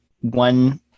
one